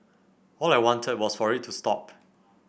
all I wanted was for it to stop